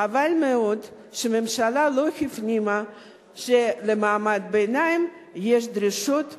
חבל מאוד שהממשלה לא הפנימה שלמעמד הביניים יש דרישות מוצדקות.